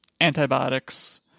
antibiotics